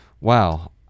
wow